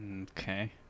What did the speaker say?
Okay